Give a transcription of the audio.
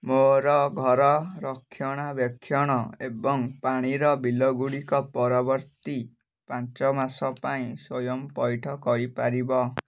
ମୋର ଘର ରକ୍ଷଣାବେକ୍ଷଣ ଏବଂ ପାଣିର ବିଲଗୁଡ଼ିକ ପରବର୍ତ୍ତୀ ପାଞ୍ଚ ମାସ ପାଇଁ ସ୍ଵୟଂ ପଇଠ କରିପାରିବ